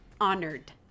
honored